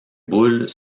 boules